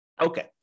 Okay